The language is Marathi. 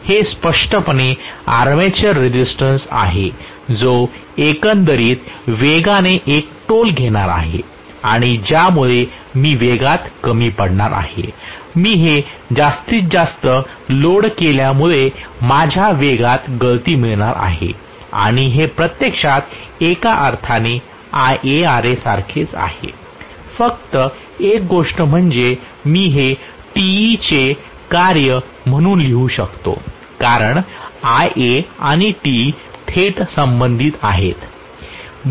हे स्पष्टपणे आर्मेचर रेझिस्टन्स आहे जो एकंदरीत वेगाने एक टोल घेणार आहे ज्यामुळे मी वेगात कमी पडणार आहे मी हे जास्तीत जास्त लोड केल्यामुळे माझ्या वेगात गळती मिळणार आहे आणि हे प्रत्यक्षात एका अर्थाने IaRaसारखेच आहे फक्त एक गोष्ट म्हणजे मी हे Te चे कार्य म्हणून लिहू शकतो कारण Ia आणि Te थेट संबंधित आहेत